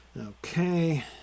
Okay